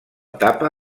etapa